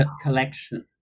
collection